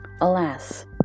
Alas